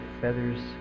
feathers